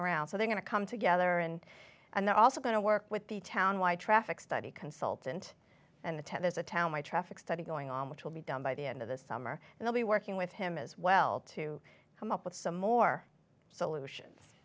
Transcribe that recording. around so they're going to come together and and they're also going to work with the town wide traffic study consultant and attend there's a town my traffic study going on which will be done by the end of the summer they'll be working with him as well to come up with some more solutions